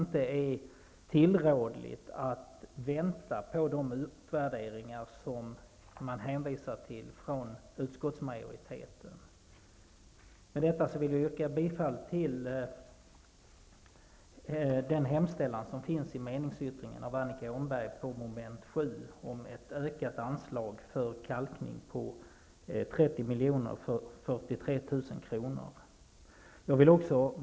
Det är inte tillrådligt att vänta på de utvärderingar som utskottsmajoriteten hänvisar till. Med detta yrkar jag bifall till den hemställan som finns i meningsyttringen av Annika Åhnberg vid mom. 7 om ett ökat anslag för kalkning om ytterligare 30 043 000 kr.